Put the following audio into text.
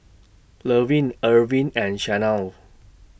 Levin Arvin and Chanelle